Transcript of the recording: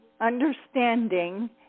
understanding